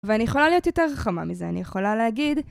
ואני יכולה להיות יותר חכמה מזה, אני יכולה להגיד...